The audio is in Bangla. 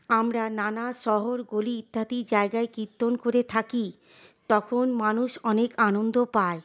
আমরা নানা শহর গলি ইত্যাদি জায়গায় কীর্তন করে থাকি তখন মানুষ অনেক আনন্দ পায়